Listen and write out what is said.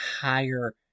higher